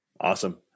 Awesome